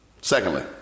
Secondly